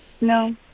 No